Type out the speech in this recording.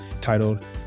titled